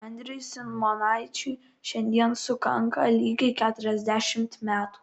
andriui simonaičiui šiandien sukanka lygiai keturiasdešimt metų